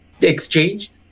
exchanged